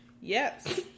Yes